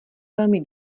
velmi